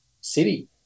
city